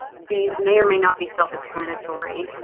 these may or may not be self-explanatory.